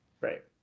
right